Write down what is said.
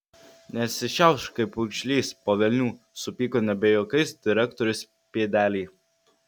nesišiaušk kaip pūgžlys po velnių supyko nebe juokais direktorius pėdelė